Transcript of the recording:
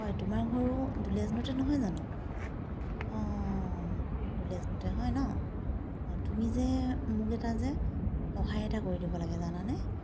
অঁ তোমাৰ ঘৰো দুলিয়াজানতে নহয় জানো অঁ দুলিয়াজানতে হয় ন অঁ তুমি যে মোক এটা যে সহায় এটা কৰি দিব লাগে জানানে